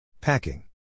Packing